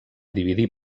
dividir